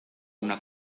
una